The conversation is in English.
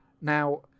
Now